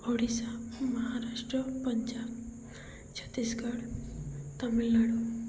Odisha Maharashtra Punjab Chhattisgarh Tamil Nadu